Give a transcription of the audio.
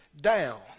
down